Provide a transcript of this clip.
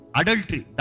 adultery